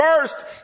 first